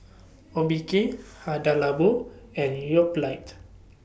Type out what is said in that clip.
Obike Hada Labo and Yoplait